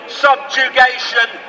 subjugation